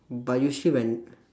but usually when